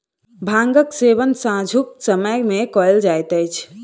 भांगक सेवन सांझुक समय मे कयल जाइत अछि